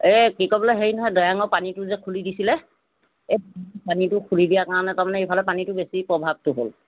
এই কি কয় বোলে হেৰি নহয় দৈয়াঙৰ পানীটো যে খুলি দিছিলে এই পানীটো খুলি দিয়াৰ কাৰণে তাৰমানে ইফালে পানীটো বেছি প্ৰভাৱটো হ'ল